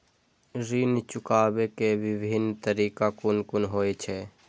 ऋण चुकाबे के विभिन्न तरीका कुन कुन होय छे?